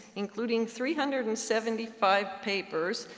including three hundred and seventy five papers,